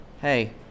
hey